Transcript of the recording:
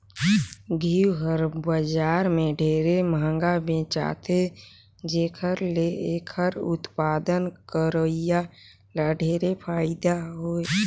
घींव हर बजार में ढेरे मंहगा बेचाथे जेखर ले एखर उत्पादन करोइया ल ढेरे फायदा हे